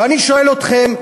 ואני שואל אתכם: